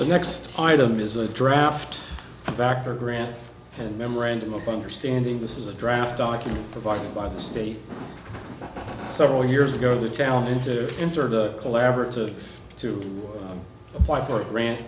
the next item is a draft factor grant and memorandum of understanding this is a draft document provided by the state several years ago the challenger entered a collaborative to apply for a grant